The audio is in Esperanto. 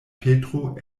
petro